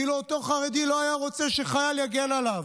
כאילו אותו חרדי לא היה רוצה שחייל יגן עליו.